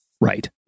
Right